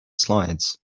slides